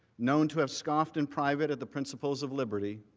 known to have scoffed in private at the principal's of liberty,